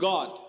God